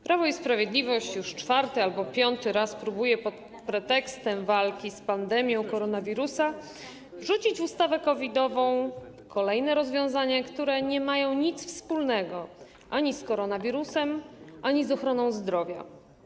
Prawo i Sprawiedliwość już czwarty albo piąty raz próbuje pod pretekstem walki z pandemią koronawirusa wrzucić w ustawę COVID-ową kolejne rozwiązania, które nie mają nic wspólnego ani z koronawirusem, ani z ochroną zdrowia.